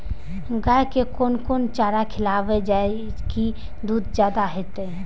गाय के कोन कोन चारा खिलाबे जा की दूध जादे होते?